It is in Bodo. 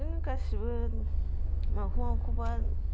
बिदिनो गासिबो माखौबा माखौबा